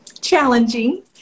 challenging